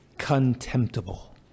contemptible